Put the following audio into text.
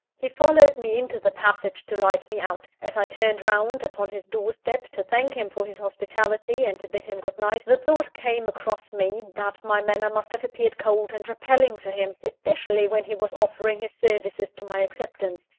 he followed me into the passage to light me out. as i turned round upon his door-step to thank him for his hospitality, and to bid him good night, the thought came across me, that my manner must have appeared cold and repelling to him especially when he was offering his services to my acceptance.